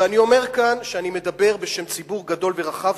ואני אומר כאן שאני מדבר בשם ציבור גדול ורחב,